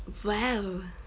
!wow!